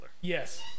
Yes